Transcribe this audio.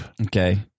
Okay